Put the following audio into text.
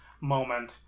moment